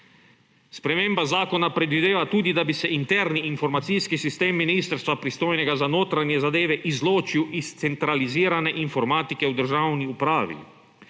Sprememba zakona predvideva tudi, da bi se interni informacijski sistem ministrstva pristojnega za notranje zadeve izločil iz centralizirane informatike v državni upravi.